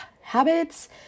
habits